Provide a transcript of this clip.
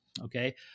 Okay